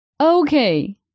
Okay